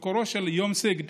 מקורו של יום סיגד